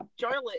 Charlotte